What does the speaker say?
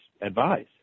advise